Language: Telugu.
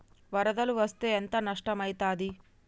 వరదలు వస్తే ఎంత నష్టం ఐతది?